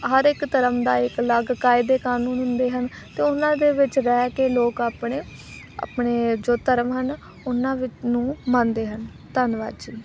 ਹਰ ਇੱਕ ਧਰਮ ਦਾ ਇਕ ਅਲੱਗ ਕਾਇਦੇ ਕਾਨੂੰਨ ਹੁੰਦੇ ਹਨ ਅਤੇ ਉਹਨਾਂ ਦੇ ਵਿੱਚ ਰਹਿ ਕੇ ਲੋਕ ਆਪਣੇ ਆਪਣੇ ਜੋ ਧਰਮ ਹਨ ਉਹਨਾਂ ਵਿ ਨੂੰ ਮੰਨਦੇ ਹਨ ਧੰਨਵਾਦ